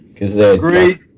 Agreed